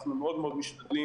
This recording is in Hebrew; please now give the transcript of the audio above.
אנחנו מאוד מאוד משתדלים